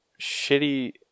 shitty